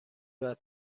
رواز